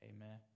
Amen